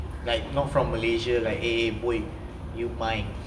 like not from malaysia like eh eh boy you mine